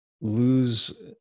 lose